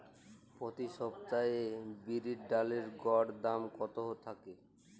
প্রতি সপ্তাহে বিরির ডালের গড় দাম কত থাকে?